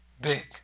big